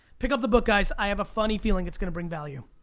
pick up the book guys. i have a funny feeling it's gonna bring value.